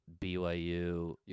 BYU